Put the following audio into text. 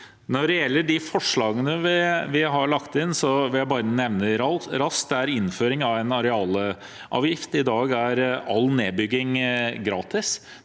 Når det gjelder de forslagene vi har lagt inn, vil jeg bare nevne dem raskt. Det er innføring av en arealavgift. I dag er all nedbygging gratis.